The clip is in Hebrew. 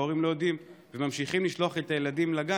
וההורים לא יודעים והם ממשיכים לשלוח את הילדים לגן,